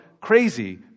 crazy